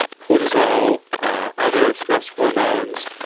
cortisol, ah other stress hormones,